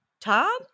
tom